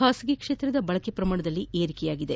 ಬಾಸಗಿ ಕ್ಷೇತ್ರದ ಬಳಕೆ ಪ್ರಮಾಣದಲ್ಲಿ ಏರಿಕೆಯಾಗಿದೆ